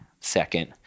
second